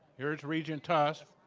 here is regent tuss.